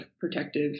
protective